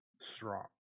strong